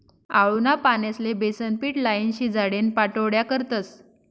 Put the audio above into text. आळूना पानेस्ले बेसनपीट लाईन, शिजाडीन पाट्योड्या करतस